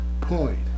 point